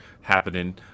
happening